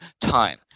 time